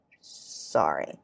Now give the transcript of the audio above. sorry